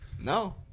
No